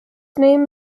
name